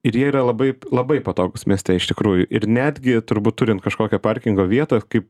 ir jie yra labai labai patogūs mieste iš tikrųjų ir netgi turbūt turint kažkokią parkingo vietą kaip